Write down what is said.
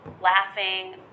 laughing